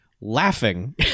laughing